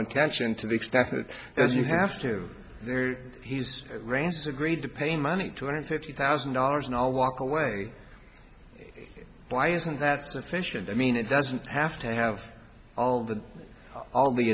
intention to the extent that as you have to he's rangers agreed to pay money two hundred fifty thousand dollars and all walk away why isn't that sufficient i mean it doesn't have to have all that all the